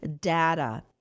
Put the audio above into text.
data